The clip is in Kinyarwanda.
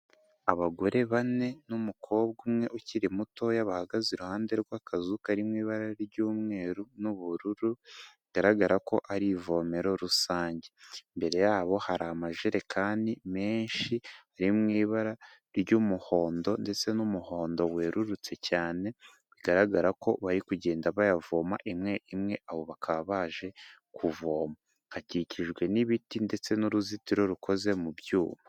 Abagore bane n'umukobwa umwe ukiri mutoya, bahagaze iruhande rw'akazu karirimo ibara ry'umweru n'ubururu bigaragara ko ari ivomero rusange. Imbere yabo hari amajerekani menshi ari mu ibara ry'umuhondo ndetse n'umuhondo werurutse cyane, bigaragara ko bari kugenda bayavoma, imwe imwe abo bakaba baje kuvoma. Hakikijwe n'ibiti ndetse n'uruzitiro rukoze mu byuma.